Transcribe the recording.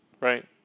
right